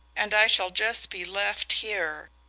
and i shall just be left here.